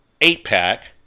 eight-pack